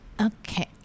okay